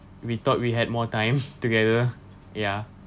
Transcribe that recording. we thought we had more time together ya